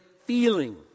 feeling